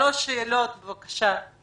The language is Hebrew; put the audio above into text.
אלה שלוש שאלות ואשמח לקבל תשובות.